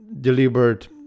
deliberate